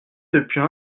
depuis